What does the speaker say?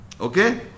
Okay